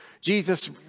Jesus